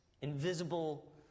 invisible